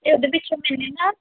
ਇਹਦੇ ਵਿੱਚ ਮੈਨੇ ਨਾ